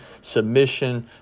submission